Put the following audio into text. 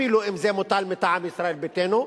אפילו אם זה מוטל מטעם ישראל ביתנו.